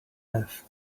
left